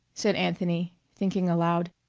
said anthony, thinking aloud.